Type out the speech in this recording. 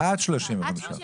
עד 35%. עד